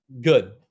Good